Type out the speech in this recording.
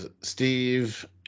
Steve